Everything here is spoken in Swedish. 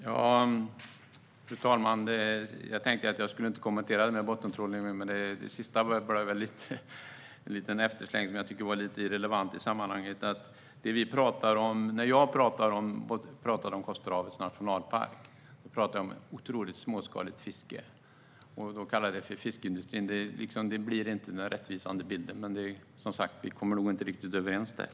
Fru talman! Jag hade inte tänkt kommentera detta med bottentrålning nu. Men det sista som Jens Holm sa tyckte jag var lite irrelevant i sammanhanget. När jag talade om Kosterhavets nationalpark talade jag om ett otroligt småskaligt fiske. Att Jens Holm då säger att vi är fiskeindustrins främsta beskyddare ger inte någon rättvis bild. Men, som sagt, vi kommer nog inte riktigt överens där.